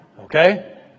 Okay